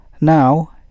Now